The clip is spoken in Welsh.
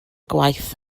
gwaith